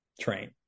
train